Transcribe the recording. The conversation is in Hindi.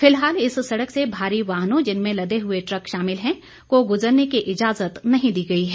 फिलहाल इस सड़क से भारी वाहनों जिनमें लदे हुए ट्रक शामिल हैं को गुजरने की इजाज़त नहीं दी गई है